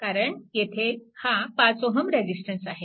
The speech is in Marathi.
कारण येथे हा 5Ω रेजिस्टन्स आहे